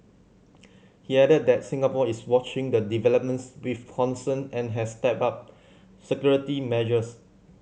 he added that Singapore is watching the developments with concern and has stepped up security measures